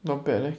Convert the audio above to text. not bad leh